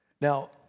Now